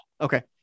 Okay